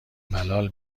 بلال